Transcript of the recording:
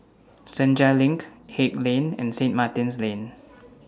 Senja LINK Haig Lane and Saint Martin's Lane